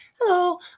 hello